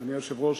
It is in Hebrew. אדוני היושב-ראש,